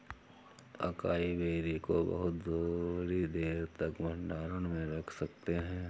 acai berry को बहुत थोड़ी देर तक भंडारण में रख सकते हैं